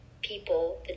people